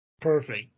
Perfect